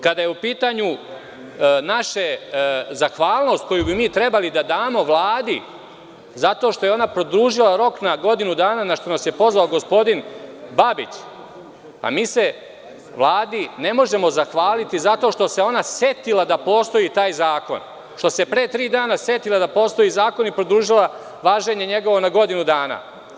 Kada je u pitanju zahvalnost koju bi mi trebali da damo Vladi zato što je ona produžila rok na godinu dana, na šta nas je pozvao gospodin Babić, mi se Vladi ne možemo zahvaliti zato što se ona „setila“ da postoji taj zakon, što se pre tri dana setila da postoji zakon i produžila njegovo važenje na godinu dana.